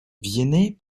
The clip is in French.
viennet